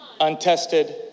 untested